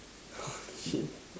shit